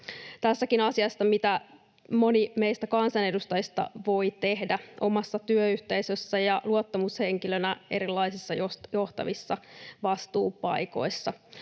Tässäkin asiassa on, mitä moni meistä kansanedustajista voi tehdä omassa työyhteisössään ja luottamushenkilönä erilaisissa johtavissa vastuupaikoissa.